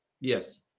Yes